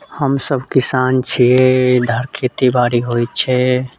हमसब किसान छियै इधर खेतीबाड़ी होइत छै